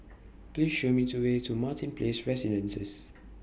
Please Show Me to Way to Martin Place Residences